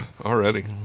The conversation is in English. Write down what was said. Already